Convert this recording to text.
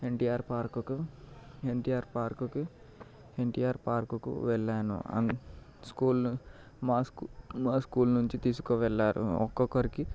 ఎన్టీఆర్ పార్కుకు ఎన్టీఆర్ పార్కుకి ఎన్టీఆర్ పార్కుకు వెళ్ళాను స్కూల్లో మా మా స్కూల్ నుంచి తీసుకువెళ్ళారు ఒక్కొక్కరికి